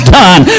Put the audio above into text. done